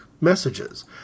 messages